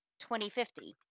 2050